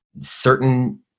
certain